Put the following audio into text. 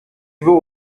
vous